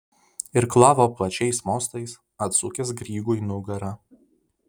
irklavo plačiais mostais atsukęs grygui nugarą